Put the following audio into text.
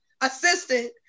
assistant